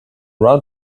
around